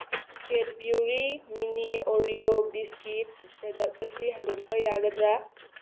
Cadbury mini Oreo biscuit product ꯑꯁꯤ ꯍꯟꯗꯣꯛꯄ ꯌꯥꯒꯗ꯭ꯔꯥ